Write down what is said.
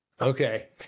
Okay